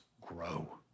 grow